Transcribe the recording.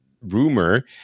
rumor